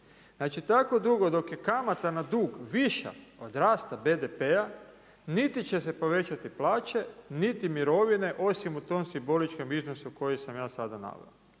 Znači, tako dugo dok je kamata na dug viša od rasta BDP-a niti će se povećati plaće, niti mirovine osim u tom simboličnom iznosu koji sam ja sada naveo.